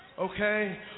okay